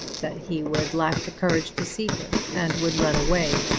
that he would lack the courage to see her, and would run away,